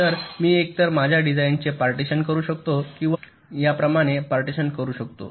तर मी एकतर माझ्या डिझाईनचे पार्टीशन करू शकतो किंवा मी या प्रमाणे पार्टीशन करू शकतो